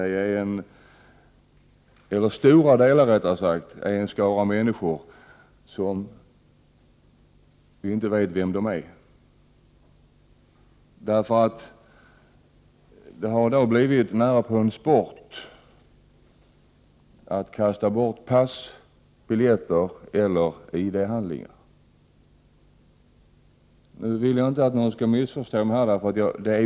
Till stora delar är det en skara människor vilkas identitet vi inte känner. Det har blivit närapå en sport att kasta bort pass, biljetter eller ID-handlingar. Jag vill nu inte att någon skall missförstå mig.